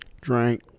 Drank